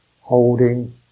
holding